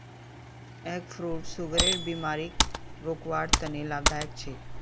egg fruit सुगरेर बिमारीक रोकवार तने लाभदायक छे